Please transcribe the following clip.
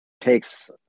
takes